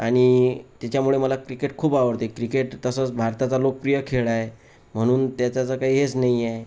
आणि त्याच्यामुळे मला क्रिकेट खूप आवडते क्रिकेट तसंच भारताचा लोकप्रिय खेळ आहे म्हणून त्याचा जा काही हेच नाही आहे